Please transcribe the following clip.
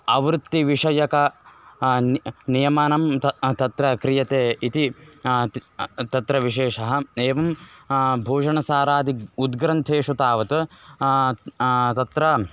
आवृत्तिविषयकं नि नियमनं तत्र क्रियते इति त् तत्र विशेषः एवं भूषणसारादि उद्ग्रन्थेषु तावत् तत्र